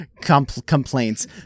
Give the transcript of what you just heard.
complaints